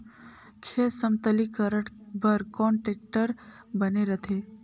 खेत समतलीकरण बर कौन टेक्टर बने रथे?